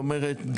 זאת אומרת,